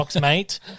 mate